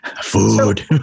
Food